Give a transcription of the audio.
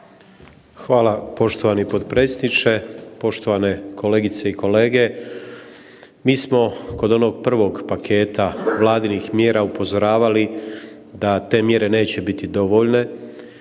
Hvala poštovani potpredsjedniče. Poštovane kolegice i kolege, mi smo kod onog prvog paketa Vladinih mjera upozoravali da te mjere neće biti dovoljne,